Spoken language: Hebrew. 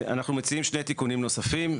אנחנו מציעים שני תיקונים נוספים,